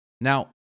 Now